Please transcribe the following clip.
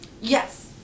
Yes